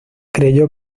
creyó